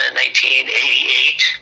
1988